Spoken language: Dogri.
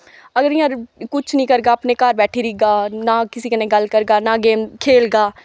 अगर इयां कुछ नी करगा अपने घर बैठी रैह्गा नां किसे कन्नै गल्ल करगा नां गेम खेलगा